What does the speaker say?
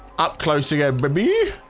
up close to go baby.